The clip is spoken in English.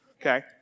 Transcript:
Okay